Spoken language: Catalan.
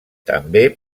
també